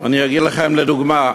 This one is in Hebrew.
אני אגיד לכם, לדוגמה,